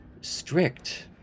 strict